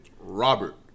Robert